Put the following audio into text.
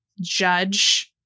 judge